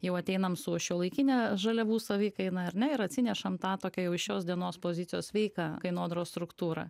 jau ateinam su šiuolaikine žaliavų savikaina ar ne ir atsinešam tą tokią jau šios dienos pozicijos sveiką kainodaros struktūrą